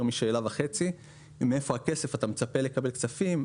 משאלה וחצי מאיפה הכסף והאם הוא מצפה לקבל כספים.